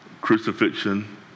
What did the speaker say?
crucifixion